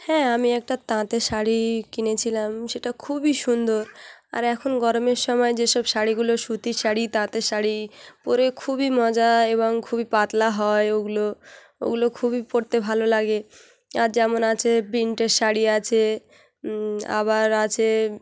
হ্যাঁ আমি একটা তাঁতের শাড়ি কিনেছিলাম সেটা খুবই সুন্দর আর এখন গরমের সময় যেসব শাড়িগুলো সুতির শাড়ি তাঁতের শাড়ি পরে খুবই মজা এবং খুবই পাতলা হয় ওগুলো ওগুলো খুবই পরতে ভালো লাগে আর যেমন আছে প্রিন্টের শাড়ি আছে আবার আছে